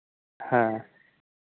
हाँ